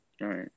right